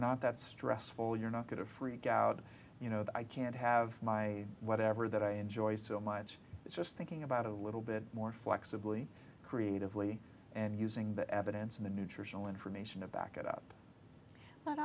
not that stressful you're not going to freak out you know that i can't have my whatever that i enjoy so much it's just thinking about a little bit more flexibly creatively and using the evidence in the nutritional information of back it up but